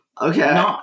Okay